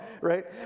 right